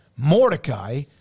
Mordecai